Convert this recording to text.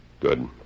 Good